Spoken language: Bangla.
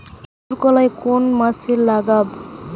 মুসুরকলাই কোন মাসে লাগাব?